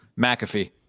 McAfee